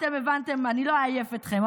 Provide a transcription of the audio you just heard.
אתם הבנתם, אני לא אעייף אתכם.